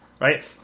Right